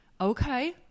Okay